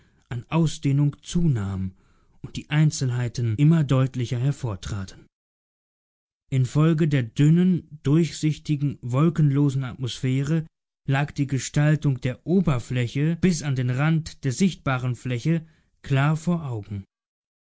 an ausdehnung zunahm und die einzelheiten immer deutlicher hervortraten infolge der dünnen durchsichtigen wolkenlosen atmosphäre lag die gestaltung der oberfläche bis an den rand der sichtbaren fläche klar vor augen